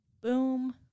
boom